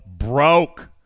broke